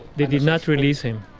they did not release him.